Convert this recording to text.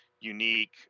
unique